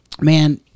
man